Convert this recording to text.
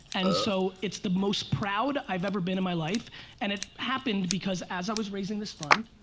and so, it's the most proud i've ever been in my life and it happened because as i was raising this fund.